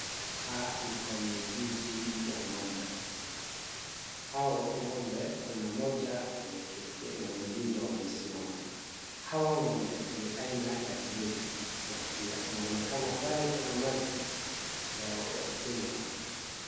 Hapa ni kwenye zizi ya ng'ombe. Hao ng'ombe kuna mmoja ameketi na wengine wamesimama. Hawa ng'ombe ni aina ya gredi na pia inaonekana pale kuna maji yao ya kunywa.